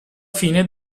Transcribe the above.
fine